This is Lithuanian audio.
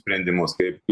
sprendimus kaip